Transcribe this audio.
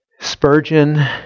Spurgeon